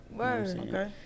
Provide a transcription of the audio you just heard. okay